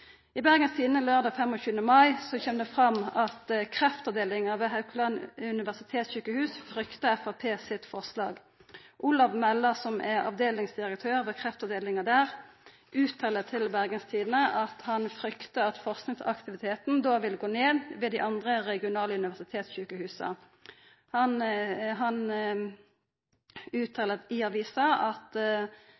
I Bergens Tidende laurdag 25. mai kjem det fram at kreftavdelinga ved Haukeland universitetssjukehus fryktar Framstegspartiet sitt forslag. Olav Mella som er avdelingsdirektør ved kreftavdelinga der, uttalar til Bergens Tidende at han fryktar at forskingsaktiviteten då vil gå ned ved dei andre regionale universitetssjukehusa. Han uttalar i avisa at han